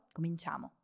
Cominciamo